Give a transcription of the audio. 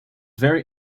very